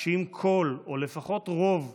שאם כל חלקי הבית או לפחות רובם